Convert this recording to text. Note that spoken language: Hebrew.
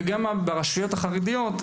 וגם ברשויות החרדיות,